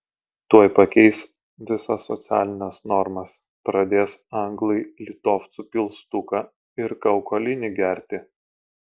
tuoj pakeis visas socialines normas pradės anglai litovcų pilstuką ir kaukolinį gerti